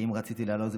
ואם רציתי לעלות,